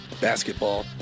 basketball